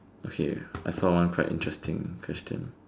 okay I saw one quite interesting question